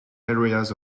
areas